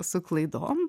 su klaidom